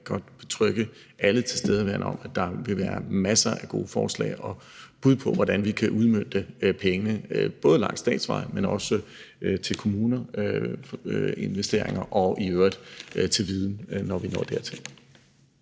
godt betrygge alle tilstedeværende om, at der vil være masser af gode forslag til og bud på, hvordan vi kan udmønte penge, både langs statsveje, men også til kommunale investeringer og i øvrigt til viden, når vi når dertil.